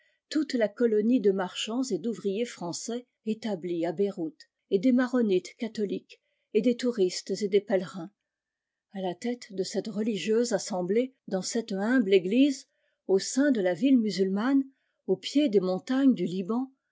toute la colonie de marchands et d'ouvriers français établie à beirout et des maronites catholiques et des touristes et des pèlerins a la tête de cette religieuse assemblée dans cette humble église au sein de la ville musulmane au pied des montagnes du liban